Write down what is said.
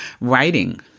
writing